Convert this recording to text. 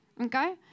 Okay